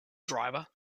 driver